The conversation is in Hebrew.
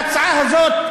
ההצעה הזאת,